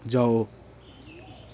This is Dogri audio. जाओ